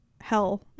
hell